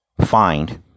find